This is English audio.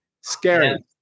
scary